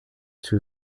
two